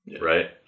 Right